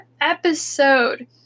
episode